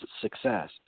success